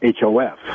HOF